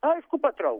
aišku patrauks